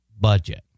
budget